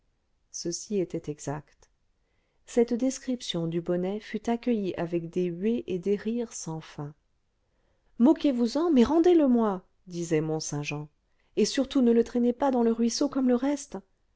ceci était exact cette description du bonnet fut accueillie avec des huées et des rires sans fin moquez vous en mais rendez-le-moi disait mont-saint-jean et surtout ne le traînez pas dans le ruisseau comme le reste